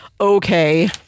Okay